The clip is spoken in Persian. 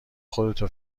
خودتو